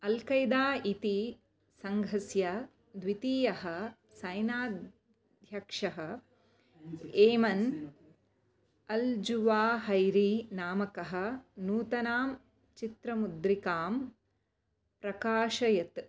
al-Qaeda इति सङ्घस्य द्वितीयः सैनाध्यक्षः ऐमन् अल् ज़ुवाहैरी नामकः नूतनां चित्रमुद्रिकां प्रकाशयत्